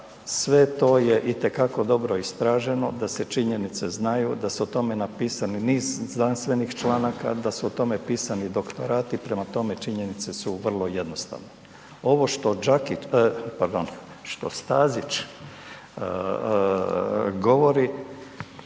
sve to je itekako dobro istraženo, da se činjenice znaju, da su o tome napisani niz znanstvenih članaka, da su o tome pisani i doktorati, prema tome činjenice su vrlo jednostavne. Ovo što Đakić, pardon,